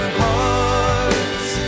hearts